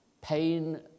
pain